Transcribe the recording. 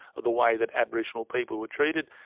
the way that aboriginal people were treated,